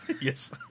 Yes